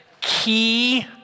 key